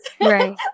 Right